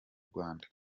rwanda